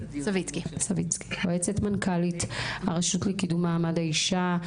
יועצת מנכ"לית הרשות לקידום מעמד האישה.